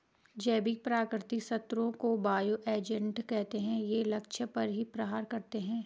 जैविक प्राकृतिक शत्रुओं को बायो एजेंट कहते है ये अपने लक्ष्य पर ही प्रहार करते है